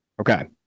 Okay